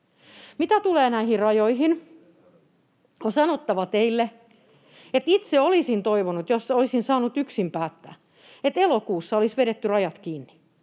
Mitä tulee näihin rajoihin, on sanottava teille, että itse olisin toivonut, jos olisin saanut yksin päättää, että elokuussa olisi vedetty rajat kiinni.